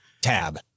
tab